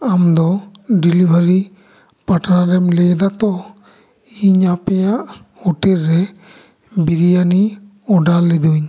ᱟᱢ ᱫᱚ ᱰᱮᱞᱤᱵᱷᱟᱨᱤ ᱯᱟᱴᱱᱟᱨᱮᱢ ᱞᱟᱹᱭᱮᱫᱟ ᱛᱚ ᱤᱧ ᱟᱯᱮᱭᱟᱜ ᱦᱳᱴᱮᱞ ᱨᱮ ᱵᱤᱨᱭᱟᱱᱤ ᱳᱰᱟᱨ ᱞᱤᱫᱟᱹᱧ